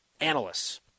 analysts